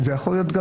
זה יכול להיות גם